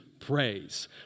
Praise